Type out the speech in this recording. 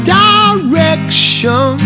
direction